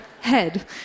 head